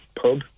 pub